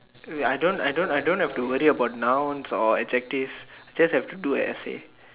wait I don't I don't I don't have to worry about nouns or adjectives just have to do an essay